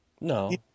No